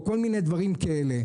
או כל מיני דברים כאלה.